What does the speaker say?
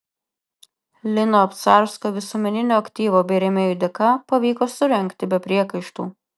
lino obcarsko visuomeninio aktyvo bei rėmėjų dėka pavyko surengti be priekaištų